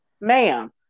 Ma'am